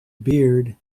beard